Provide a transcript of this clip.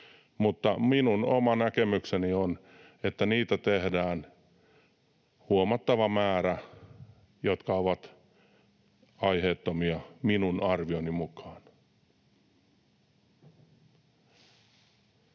minun oma näkemykseni on, että huomattava määrä tehdään niitä, jotka ovat aiheettomia minun arvioni mukaan.